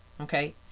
Okay